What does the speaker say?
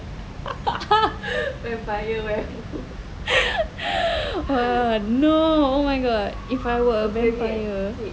no oh my god if I were a vampire